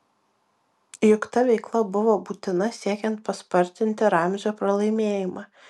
juk ta veikla buvo būtina siekiant paspartinti ramzio pralaimėjimą